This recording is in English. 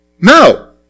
No